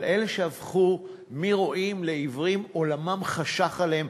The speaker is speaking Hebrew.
אבל מי שהפכו מרואים לעיוורים, עולמם חשך עליהם.